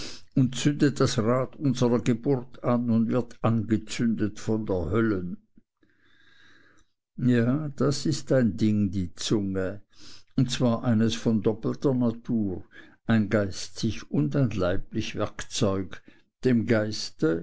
und zündet das rad unserer geburt an und wird angezündet von der höllen ja das ist ein ding die zunge und zwar eines von doppelter natur ein geistig und ein leiblich werkzeug dem geiste